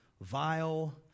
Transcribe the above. vile